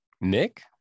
Nick